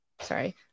sorry